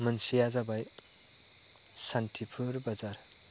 मोनसेया जाबाय सान्थिफुर बाजार